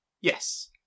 Yes